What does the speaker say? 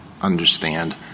understand